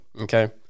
Okay